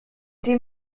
été